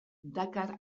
dakar